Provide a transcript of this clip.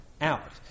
out